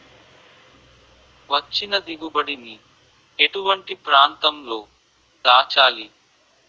వచ్చిన దిగుబడి ని ఎటువంటి ప్రాంతం లో దాచాలి?